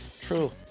True